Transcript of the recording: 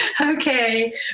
Okay